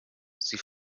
sie